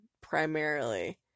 primarily